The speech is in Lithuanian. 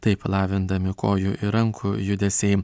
taip lavindami kojų ir rankų judesiai